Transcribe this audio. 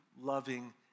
loving